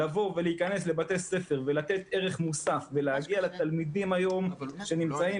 לבוא ולהיכנס לבתי ספר ולתת ערך מוסף ולהגיע לתלמידים היום שנמצאים